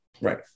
right